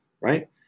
right